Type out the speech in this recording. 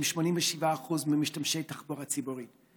שהם 87% ממשתמשי התחבורה הציבורית.